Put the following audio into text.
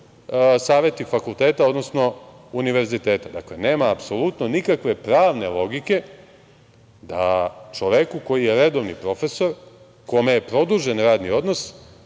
saveti fakulteta, odnosno univerziteta. Dakle, nema apsolutno nikakve pravne logike da čoveku koji je redovni profesor, kome je produžen radni odnos